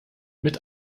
mit